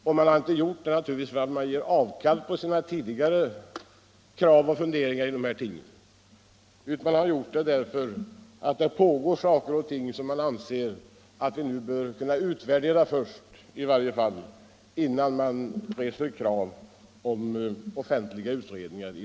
Det har de naturligtvis inte gjort därför att de givit avkall på sina tidigare krav utan därför att det pågår saker och ting som de anser skall utvärderas innan krav ställs på offentliga utredningar.